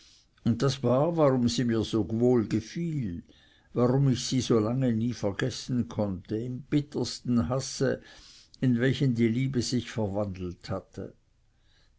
und das war warum sie mir so wohl gefiel warum ich so lange sie nie vergessen konnte im bittersten hasse in welchen die liebe sich verwandelt hatte